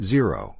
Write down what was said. Zero